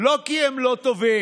לא כי הם לא טובים,